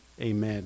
amen